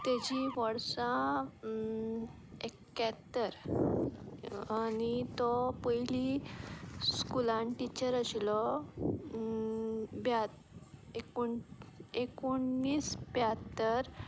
तेजी वर्सां एक्यात्तर आनी तो पयलीं स्कुलान टिचर आशिल्लो ब्या एकोणीस ब्यात्तर